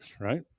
right